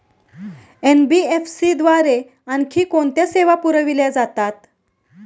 NBFC द्वारे आणखी कोणत्या सेवा पुरविल्या जातात?